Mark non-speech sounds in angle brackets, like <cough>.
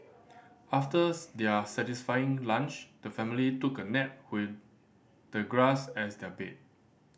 after <unintelligible> their satisfying lunch the family took a nap with the grass as their bed